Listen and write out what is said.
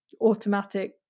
automatic